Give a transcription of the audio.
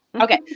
Okay